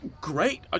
Great